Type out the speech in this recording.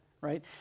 right